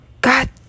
God